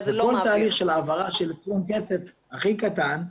כל תהליך של העברה של סכום כסף הכי קטן,